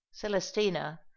Celestina